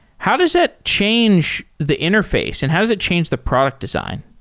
how does that change the interface and how does it change the product design?